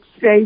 say